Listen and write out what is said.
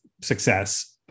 success